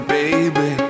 baby